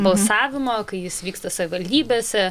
balsavimą kai jis vyksta savivaldybėse